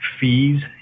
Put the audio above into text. fees